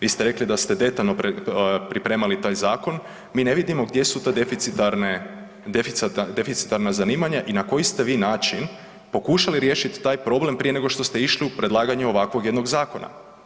Vi ste rekli da ste detaljno pripremali taj zakon, mi ne vidimo gdje su to deficitarna zanimanja i na koji ste vi način pokušali riješiti taj problem prije nego što ste išli u predlaganje ovakvog jednog zakona?